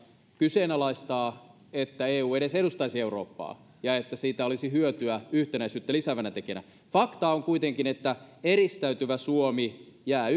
kyseenalaistaa että eu edes edustaisi eurooppaa ja että siitä olisi hyötyä yhtenäisyyttä lisäävänä tekijänä fakta on kuitenkin se että eristäytyvä suomi jää